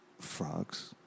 Frogs